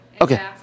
Okay